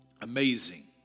amazing